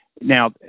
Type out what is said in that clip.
Now